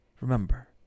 Remember